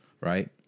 Right